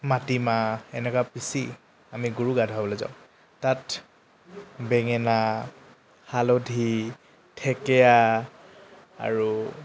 মাটিমাহ এনেকুৱা পিচি আমি গৰু গা ধুৱাবলৈ যাওঁ তাত বেঙেনা হালধি ঢেকীয়া আৰু